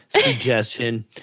suggestion